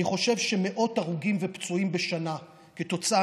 אני חושב שמאות הרוגים ופצועים בשנה כתוצאה